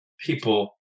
people